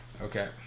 Okay